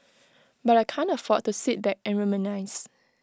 but I can't afford to sit back and reminisce